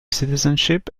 citizenship